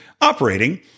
operating